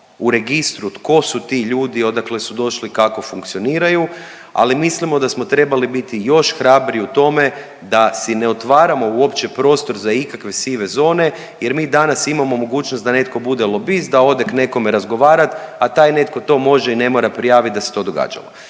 u registru tko su ti ljudi, odakle su došli, kako funkcioniraju. Ali mislimo da smo trebali biti još hrabriji u tome da si ne otvaramo uopće prostor za ikakve sive zone, jer mi danas imamo mogućnost da netko bude lobist, da ode k nekome razgovarat, a taj netko to može i ne mora prijavit da se to događalo.